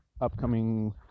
upcoming